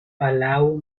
palau